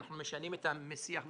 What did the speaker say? אנחנו משנים את המסיח וכו'.